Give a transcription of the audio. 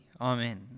Amen